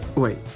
Wait